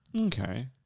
Okay